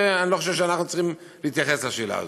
ואני לא חושב שאנחנו צריכים להתייחס לשאלה הזאת.